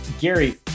Gary